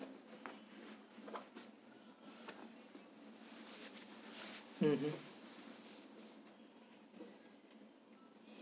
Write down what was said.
mmhmm